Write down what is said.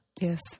Yes